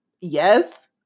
Yes